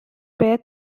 باید